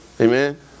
Amen